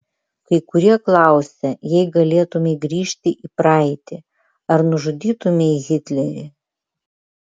kai kurie klausia jei galėtumei grįžti į praeitį ar nužudytumei hitlerį